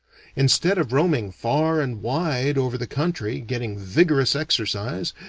instead of roaming far and wide over the country, getting vigorous exercise,